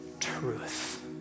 truth